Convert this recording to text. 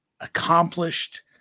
accomplished